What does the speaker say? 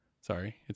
Sorry